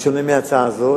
בשונה מההצעה הזאת.